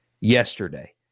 yesterday